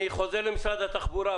אני חוזר למשרד התחבורה.